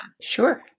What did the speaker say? Sure